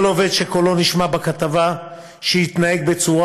כל עובד שקולו נשמע בכתבה כשהוא מתנהג בצורה